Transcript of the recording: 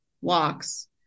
walks